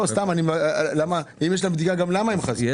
השאלה היא גם למה הם חזרו לארצם.